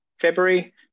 February